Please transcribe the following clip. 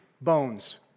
bones